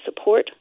support